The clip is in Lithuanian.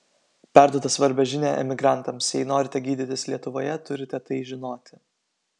perduoda svarbią žinią emigrantams jei norite gydytis lietuvoje turite tai žinoti